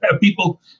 people